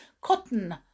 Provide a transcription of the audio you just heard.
cotton